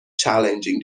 challenging